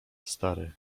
stary